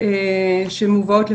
שמובאות לפנינו.